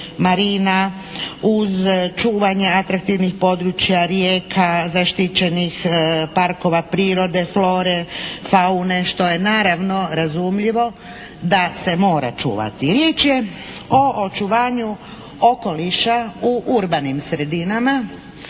marina, uz čuvanje atraktivnih područja, rijeka, zaštićenih parkova prirode, flore, faune što je naravno razumljivo da se mora čuvati. Riječ je o očuvanju okoliša u urbanim sredinama